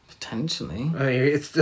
Potentially